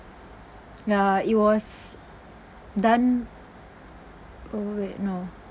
ya it was done oh wait no